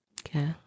Okay